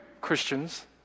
Christians